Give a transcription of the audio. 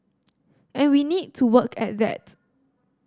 and we need to work at that